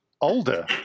Older